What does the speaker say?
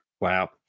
Wow